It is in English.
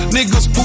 Niggas